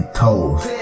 toes